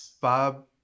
Bob